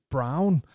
Brown